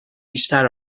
بیشتر